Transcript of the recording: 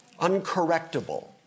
uncorrectable